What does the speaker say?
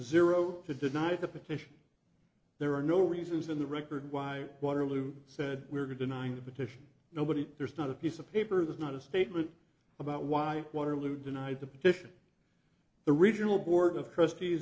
zero to deny the petition there are no reasons in the record why waterloo said we're going to nine to petition nobody there's not a piece of paper there's not a statement about why waterloo denied the petition the regional board of trustees